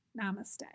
Namaste